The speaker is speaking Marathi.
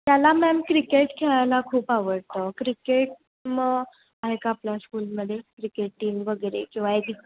त्याला मॅम क्रिकेट खेळायला खूप आवडतं क्रिकेट मग आहे का आपल्या स्कूलमध्ये क्रिकेट टीम वगैरे किंवा एक